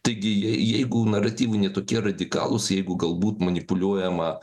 taigi jei jeigu naratyvai ne tokie radikalūs jeigu galbūt manipuliuojama